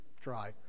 try